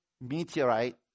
meteorite